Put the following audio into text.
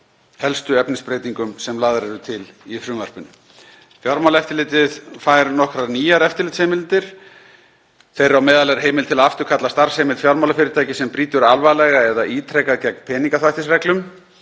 helstu efnisbreytingum sem lagðar eru til í frumvarpinu. Fjármálaeftirlitið fær nokkrar nýjar eftirlitsheimildir. Þeirra á meðal er heimild til að afturkalla starfsheimild fjármálafyrirtækis sem brýtur alvarlega eða ítrekað gegn peningaþvættisreglum